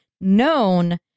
known